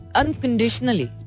unconditionally